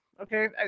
okay